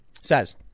says